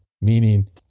meaning